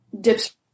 dips